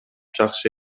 жакшы